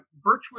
Birchwood